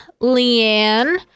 Leanne